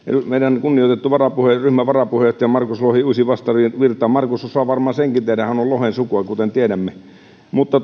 meidän kunnioitettu ryhmän varapuheenjohtaja markus lohi uisi vastavirtaan markus osaa varmaan senkin tehdä hän on lohen sukua kuten tiedämme mutta